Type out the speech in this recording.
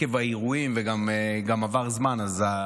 עקב האירועים, וגם עבר זמן, אז,